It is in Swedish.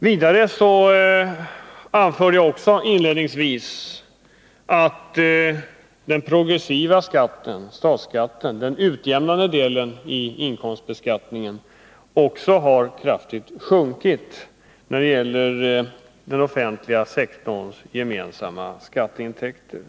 Jag anförde också inledningsvis att den progressiva statsskatten, den utjämnande delen i inkomstbeskattningen, har sjunkit kraftigt när det gäller den offentliga sektorns gemensamma skatteintäkter.